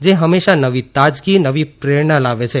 જે હંમેશા નવી તાજગી નવી પ્રેરણા લાવે છે